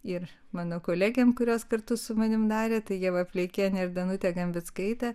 ir mano kolegėm kurios kartu su manimi darė tai ieva pleikienė ir danutė gambickaitė